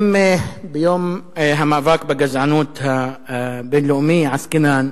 אם ביום המאבק בגזענות הבין-לאומי עסקינן,